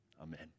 amen